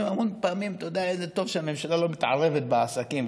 המון פעמים אומרים איזה טוב שהממשלה לא מתערבת בעסקים,